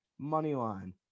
Moneyline